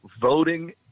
voting